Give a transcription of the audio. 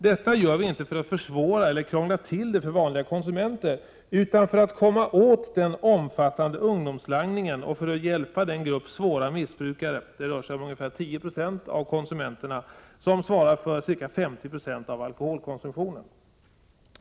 Detta gör vi inte för att försvåra eller krångla till det för vanliga konsumenter, utan för att komma åt den omfattande ungdomslangningen och för att hjälpa den grupp svåra missbrukare — det rör sig om ca 10 96 av konsumenterna — som svarar för ca 50 96 av alkoholkonsumtionen.